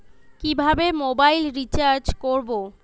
কিভাবে mobile recharge করব?